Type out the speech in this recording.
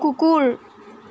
কুকুৰ